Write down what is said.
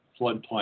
floodplain